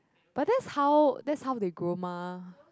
but that's how that's how they grow mah